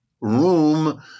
room